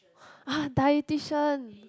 ah dietitian